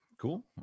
cool